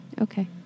Okay